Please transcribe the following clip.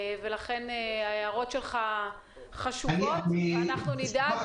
ההערות שלך הן חשובות ואנחנו נדאג